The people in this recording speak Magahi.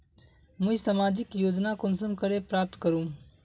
मुई सामाजिक योजना कुंसम करे प्राप्त करूम?